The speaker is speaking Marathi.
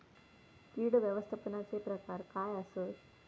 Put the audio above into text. कीड व्यवस्थापनाचे प्रकार काय आसत?